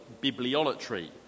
bibliolatry